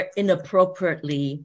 inappropriately